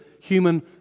human